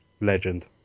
legend